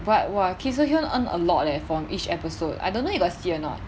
but !wah! kim soo hyun earn a lot leh from each episode I don't know you got see or not